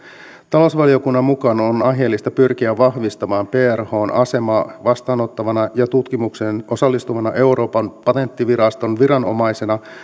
talousvaliokunnan mukaan on aiheellista pyrkiä vahvistamaan prhn asemaa vastaanottavana ja tutkimukseen osallistuvana euroopan patenttiviraston viranomaisena